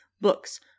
Books